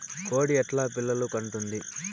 కోడి ఎట్లా పిల్లలు కంటుంది?